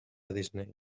disney